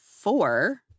four